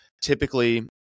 Typically